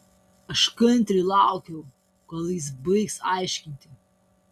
aš kantriai laukiau kol jis baigs aiškinti